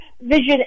vision